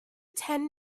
ten